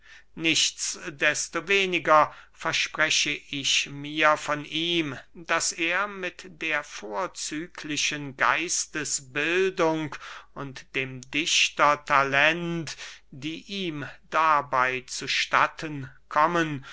nichts desto weniger verspreche ich mir von ihm daß er mit der vorzüglichen geistesbildung und dem dichtertalent die ihm dabey zu statten kommen